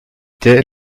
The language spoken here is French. est